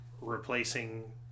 replacing